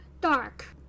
dark